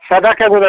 सादा कए गो